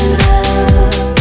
love